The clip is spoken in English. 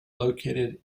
located